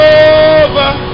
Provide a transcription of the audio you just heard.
over